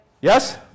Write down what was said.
Yes